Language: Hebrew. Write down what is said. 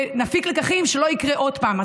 ושנפיק לקחים שלא יקרה עוד פעם.